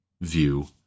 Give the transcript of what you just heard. view